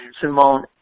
Simone